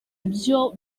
ibyo